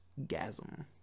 gasm